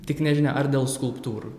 tik nežinia ar dėl skulptūrų